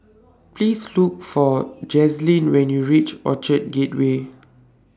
Please Look For Jazlyn when YOU REACH Orchard Gateway